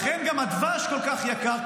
לכן גם הדבש כל כך יקר,